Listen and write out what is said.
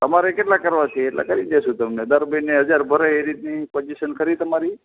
તમારે કેટલા કરવાં છે એટલા કરી દઇશું તમને દર મહિને હજાર ભરાય એ રીતની પોજીસન ખરી તમારી